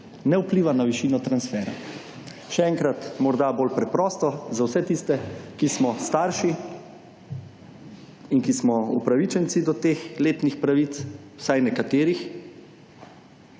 ne vpliva na višino transfera. Še enkrat morda bolj preprosto, za vse tiste, ki smo starši in ki smo upravičenci do teh letnih pravic, vsaj nekaterih.